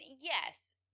yes